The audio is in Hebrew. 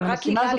הילה,